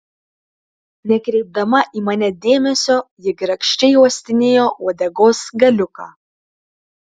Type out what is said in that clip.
nekreipdama į mane dėmesio ji grakščiai uostinėjo uodegos galiuką